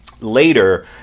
Later